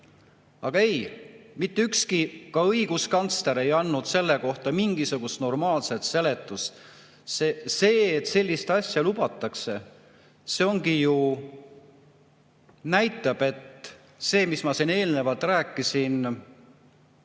Aga ei, mitte ükski, ka õiguskantsler ei andnud selle kohta mingisugust normaalset seletust. See, et sellist asja lubatakse, ju näitab, et see, mis ma siin eelnevalt rääkisin